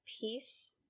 peace